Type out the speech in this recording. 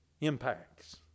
impacts